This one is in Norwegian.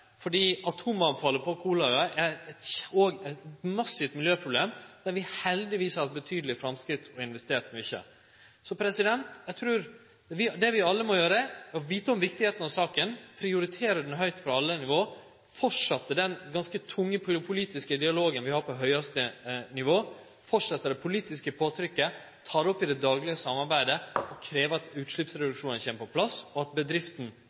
atomavfallet på Kolahalvøya er òg eit massivt miljøproblem, der vi heldigvis har gjort betydelege framsteg og investert mykje. Så det vi alle må, er å vite kor viktig saka er, prioritere saka høgt frå alle nivå, fortsetje den ganske tunge politiske dialogen vi har på høgaste nivå, fortsetje det politiske påtrykket, ta det opp i det daglege samarbeidet, krevje at utsleppsreduksjonar kjem på plass, og at